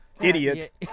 idiot